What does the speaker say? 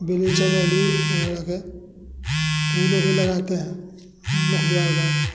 बग़ीचे में ली जा कर फूल ऊल भी लगाते हैं मुख्य द्वार पर